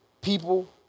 people